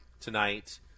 tonight